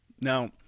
now